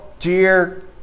Dear